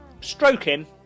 stroking